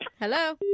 Hello